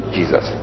Jesus